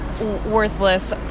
Worthless